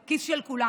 תוותר.